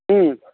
हूँ